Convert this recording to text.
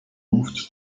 moved